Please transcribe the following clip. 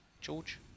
George